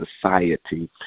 society